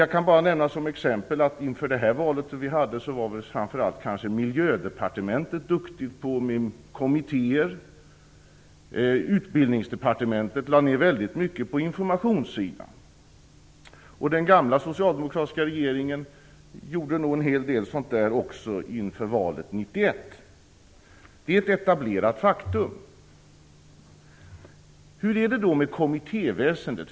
Jag kan bara som exempel nämna att inför det senaste valet var man vid Miljödepartementet duktig på att använda kommittéer. Utbildningsdepartementet lade ned mycket arbete på informationssidan. Den gamla socialdemokratiska regeringen gjorde nog också en hel del liknande inför valet 1991. Detta är ett etablerat faktum. Hur är det då med kommittéväsendet?